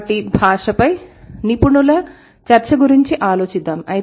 కాబట్టి భాషపై నివుణుల చర్చ గురించి ఆలోచిద్దాం